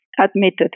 admitted